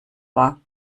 war